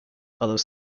although